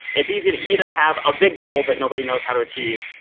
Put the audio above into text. it's easy to either have a big goal that nobody knows how to achieve,